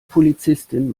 polizistin